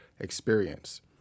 experience